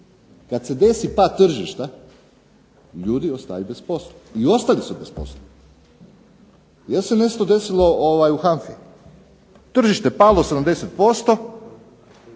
kad se desi pad tržišta ljudi ostaju bez posla i ostali su bez posla. Jel se nešto desilo u HANFA-i? Tržište palo 70%,